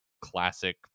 classic